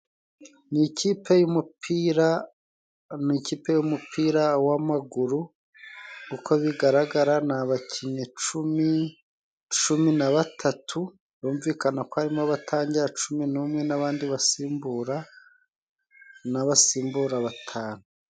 Ni ikipe y'umupira. Mu ikipe y'umupira w'amaguru, uko bigaragara ni abakinnyi cumi, cumi na batatu byumvikana ko harimo abatangira cumi n'umwe nabandi basimbura, n'abasimbura batanu.